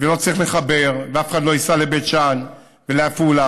ולא צריך לחבר, ואף אחד לא ייסע לבית שאן, לעפולה,